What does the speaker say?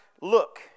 Look